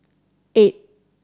eight